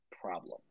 problem